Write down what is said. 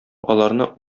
аларны